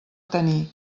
tenir